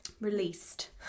Released